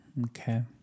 okay